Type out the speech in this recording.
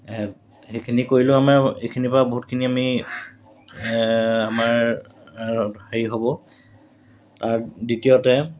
সেইখিনি কৰিলেও আমাৰ এইখিনিৰপৰা বহুতখিনি আমি আমাৰ হেৰি হ'ব তাৰ দ্বিতীয়তে